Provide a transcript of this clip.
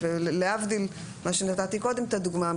להבדיל מה שנתתי קודם את הדוגמה,